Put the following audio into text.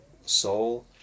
soul